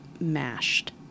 mashed